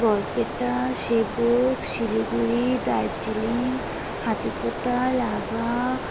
Barpeta Sevoke Siliguri Darjeeling Hatipota lava